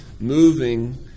moving